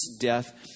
death